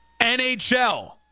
NHL